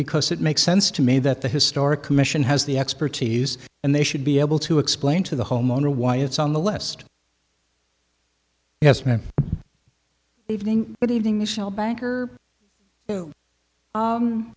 because it makes sense to me that the historic commission has the expertise and they should be able to explain to the homeowner why it's on the list has meant evening but evening michelle banker